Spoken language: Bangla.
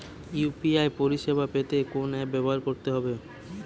ইউ.পি.আই পরিসেবা পেতে কোন অ্যাপ ব্যবহার করতে হবে?